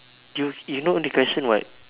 do you you know the question what